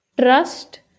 trust